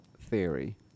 theory